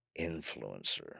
influencer